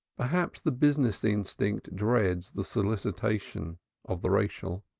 perhaps the business instinct dreads the solicitation of the racial.